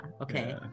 okay